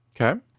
Okay